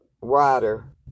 water